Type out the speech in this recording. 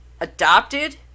adopted